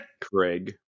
Craig